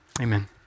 amen